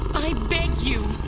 i beg you.